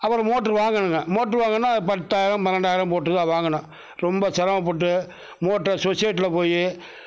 அப்புறம் மோட்ரு வாங்கணுங்க மோட்ரு வாங்கணுன்னால் பத்தாயிரம் பன்னெண்டாயிரம் மோட்ரு தான் வாங்கணும் ரொம்ப சிரமப்பட்டு மோட்ரை சொசைட்டியில் போய்